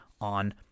on